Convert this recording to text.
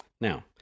Now